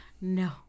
No